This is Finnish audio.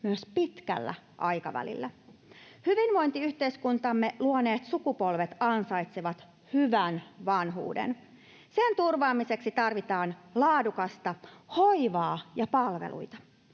myös pitkällä aikavälillä. Hyvinvointiyhteiskuntamme luoneet sukupolvet ansaitsevat hyvän vanhuuden. Sen turvaamiseksi tarvitaan laadukasta hoivaa ja palveluita.